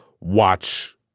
watch